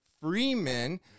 freeman